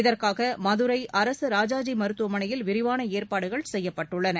இதற்காக மதுரை அரசு ராஜாஜி மருத்துவமனையில் விரிவான ஏற்பாடுகள் செய்யப்பட்டுள்ளன